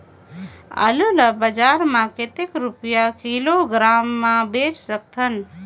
आलू ला बजार मां कतेक रुपिया किलोग्राम म बेच सकथन?